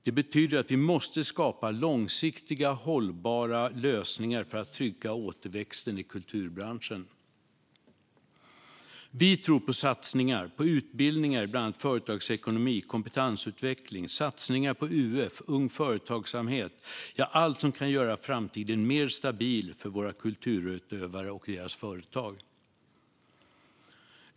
Det betyder att vi måste skapa långsiktigt hållbara lösningar för att trygga återväxten i kulturbranschen. Vi tror på satsningar på utbildningar i bland annat företagsekonomi, kompetensutveckling, satsningar på UF, Ung Företagsamhet, ja, allt som kan göra framtiden mer stabil för våra kulturutövare och deras företag.